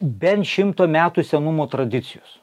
bent šimto metų senumo tradicijos